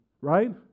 right